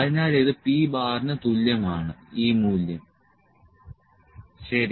അതിനാൽ ഇത് p ന് തുല്യമാണ് ഈ മൂല്യം ശരി